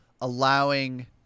allowing